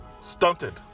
stunted